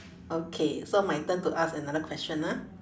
okay so my turn to ask another question ah